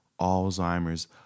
Alzheimer's